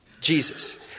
Jesus